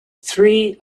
three